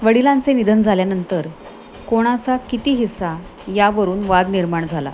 वडिलांचे निधन झाल्यानंतर कोणाचा किती हिस्सा यावरून वाद निर्माण झाला